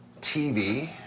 TV